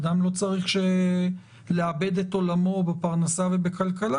אדם לא צריך לאבד את עולמו בפרנסה ובכלכלה